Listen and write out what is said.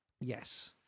Yes